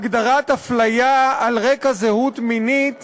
הגדרת הפליה על רקע זהות מגדרית